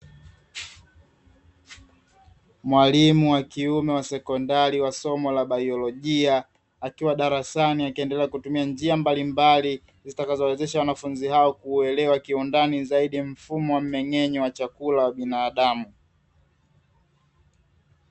Mwalimu wa kiume wa sekondari wa somo la biolojia, akiwa darasani akiendelea kutumia njia mbalimbali zitakazowezesha wanafunzi hao kuelewa kiundani zaidi mfumo wa mmeng'enyo wa chakula wa binadamu